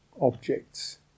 objects